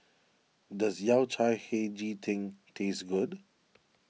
does Yao Cai Hei Ji Tang taste good